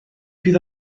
fydd